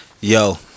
yo